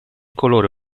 colore